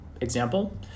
Example